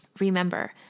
Remember